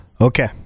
Okay